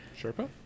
Sherpa